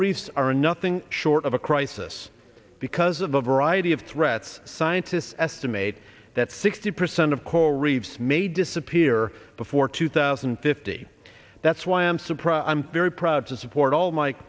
reefs are nothing short of a crisis because of a variety of threats scientists estimate that sixty percent of coral reefs may disappear before two thousand and fifty that's why i'm surprised i'm very proud to support all m